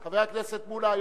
חבר הכנסת מולה,